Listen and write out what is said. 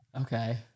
Okay